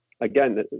again